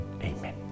Amen